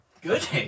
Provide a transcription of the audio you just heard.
Good